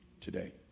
today